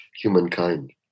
humankind